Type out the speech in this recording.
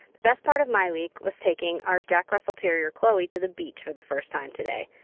the best part of my week was taking our jack russell terrier chloe to the beach for the first time today.